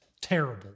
terrible